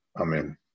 Amen